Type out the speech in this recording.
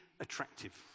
attractive